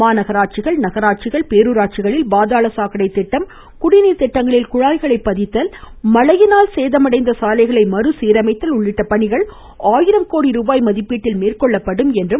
மாநகராட்சிகள் நகராட்சிகள்பேரூராட்சிகளில் பாதாள சாக்கடை திட்டம் குடிநீர் திட்டங்களில் குழாய்களை பதித்தல் மழையினால் சேதமடைந்த சாலைகளை மறுசீரமைத்தல் உள்ளிட்ட பணிகள் ஆயிரம் கோடி ரூபாய் மதிப்பீட்டில் மேற்கொள்ளப்படும் என்றார்